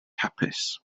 hapus